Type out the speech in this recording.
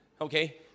Okay